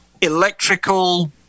electrical